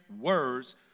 words